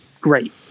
great